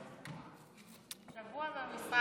שבוע במשרד.